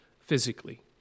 physically